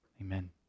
Amen